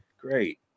Great